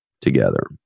together